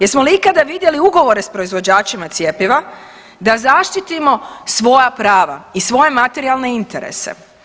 Jesmo li ikada vidjeli ugovore sa proizvođačima cjepiva da zaštitimo svoja prava i svoje materijalne interese.